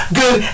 good